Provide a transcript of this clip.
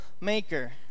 maker